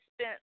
spent